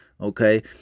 okay